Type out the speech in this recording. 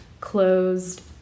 closed